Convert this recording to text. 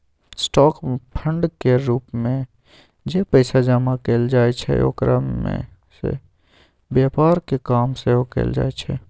stock fund केर रूप मे जे पैसा जमा कएल जाइ छै ओकरा सँ व्यापारक काम सेहो कएल जाइ छै